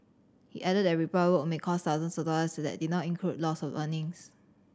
he added that repair work may cost thousands of dollars and that did not include loss of earnings